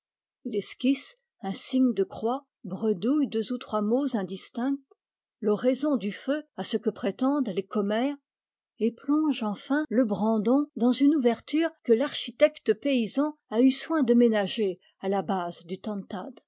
esquisse un signe de croix bredouille deux ou trois mots indistincts oraison du feu à ce que prétendent les commères et plonge enfin le brandon dans une ouverture que l'architecte paysan a eu soin de ménager à la base du